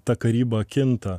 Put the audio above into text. ta karyba kinta